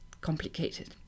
complicated